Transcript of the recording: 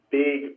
big